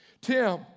Tim